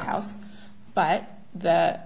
house but the